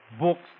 Books